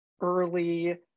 early